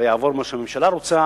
ויעבור מה שהממשלה רוצה.